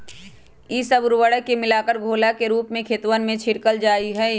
ई सब उर्वरक के मिलाकर घोला के रूप में खेतवन में छिड़कल जाहई